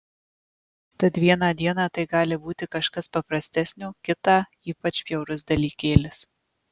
tad vieną dieną tai gali būti kažkas paprastesnio kitą ypač bjaurus dalykėlis